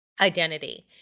identity